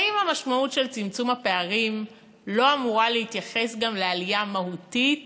האם המשמעות של צמצום הפערים לא אמורה להתייחס גם לעלייה מהותית